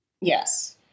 Yes